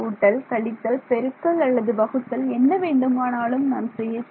கூட்டல் கழித்தல் பெருக்கல் அல்லது வகுத்தல் என்ன வேண்டுமானாலும் நான் செய்ய செய்யலாம்